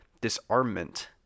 Disarmament